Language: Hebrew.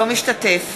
אינו משתתף